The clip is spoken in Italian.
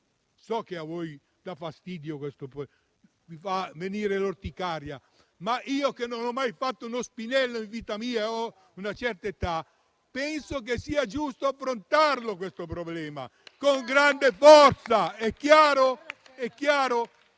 So che a voi dà fastidio questo termine e vi fa venire l'orticaria, ma io che non mi sono mai fatto uno spinello in vita mia e ho una certa età penso che sia giusto affrontare questo problema con grande forza: è chiaro?